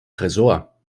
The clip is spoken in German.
tresor